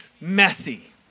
messy